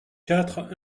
quatre